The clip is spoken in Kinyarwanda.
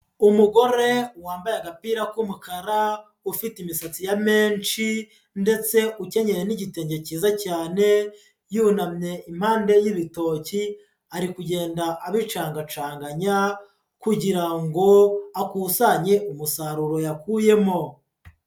Umugore wambaye agapira k'umukara, ufite imisatsi ya menshi ndetse ukenyeye n'igitenge cyiza cyane yunamye impande y'ibitoki, ari kugenda abicangacanganya kugira ngo akusanye umusaruro yakuyemo.